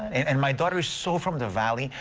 and and my daughter is so from the valley.